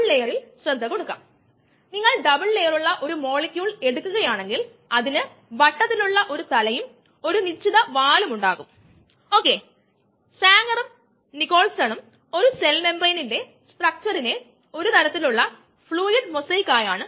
അതിനാൽ സ്വഭാവവ്യവസ്ഥകൾ സമയം പരക്കെ വ്യത്യസ്തമാണെങ്കിൽ വേഗത കുറഞ്ഞ പ്രോസസ്സിന്റെ അസ്ഥിരമായ സ്വഭാവം മന്ദഗതിയിലുള്ള പ്രോസസ്സിന്റെ കൈനെറ്റിക്സിനെ ബാധിക്കില്ല അതായത് നമ്മുടെ താൽപ്പര്യം മന്ദഗതിയിലുള്ള പ്രോസസ്സിൽ ആണെകിൽ